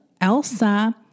Elsa